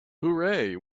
hooray